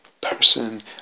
person